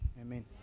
Amen